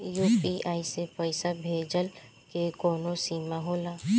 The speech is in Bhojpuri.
यू.पी.आई से पईसा भेजल के कौनो सीमा होला?